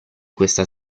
questa